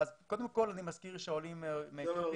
לא.